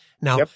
Now